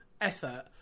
effort